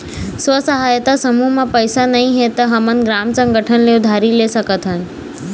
स्व सहायता समूह म पइसा नइ हे त हमन ग्राम संगठन ले उधारी ले सकत हन